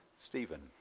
Stephen